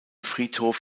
friedhof